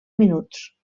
minuts